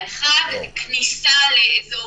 אחד, בכניסה לאזור